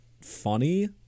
funny